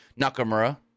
Nakamura